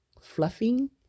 fluffing